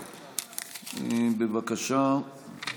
בבקשה.